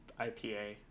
IPA